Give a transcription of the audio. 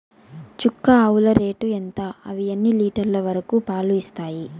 చుక్క ఆవుల రేటు ఎంత? అవి ఎన్ని లీటర్లు వరకు పాలు ఇస్తాయి?